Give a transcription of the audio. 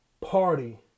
party